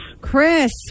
chris